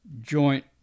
Joint